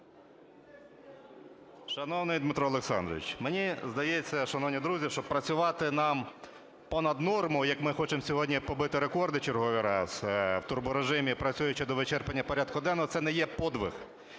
Шановний Дмитро Олександрович! Мені здається, шановні друзі, що працювати нам понад норму, як ми хочемо сьогодні і побити рекорди в черговий раз, в турборежимі працюючи до вичерпання поряду денного, це не є подвиг.